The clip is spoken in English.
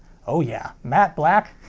oh yeah. matte black?